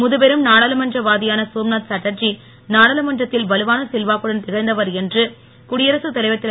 முதுபெரும் நாடாளுமன்ற வாதியான சோம்நாத் சாட்டர்தி நாடாளுமன்றத்தில் வலுவான செல்வாக்குடன் திகழ்ந்தவர் என்று குடியரகத் தலைவர் திரு